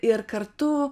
ir kartu